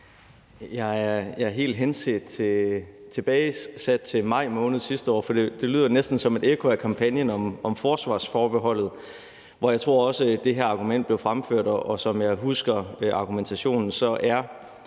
mig helt hensat til maj måned sidste år, for det lyder næsten som et ekko af kampagnen om forsvarsforbeholdet, hvor jeg også tror, at det her argument blev fremført. Som jeg husker argumentationen, er